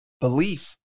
Belief